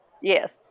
Yes